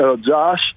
Josh